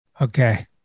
Okay